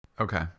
Okay